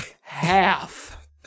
half